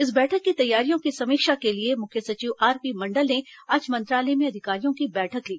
इस बैठक की तैयारियों की समीक्षा के लिए मुख्य सचिव आरपी मण्डल ने आज मंत्रालय में अधिकारियों की बैठक ली